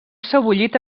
sebollit